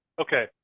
okay